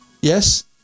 Yes